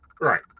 Right